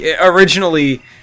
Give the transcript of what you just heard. originally